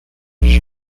she